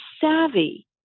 savvy